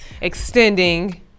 Extending